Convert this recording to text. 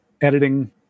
editing